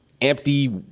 empty